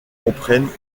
comprennent